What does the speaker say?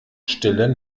stille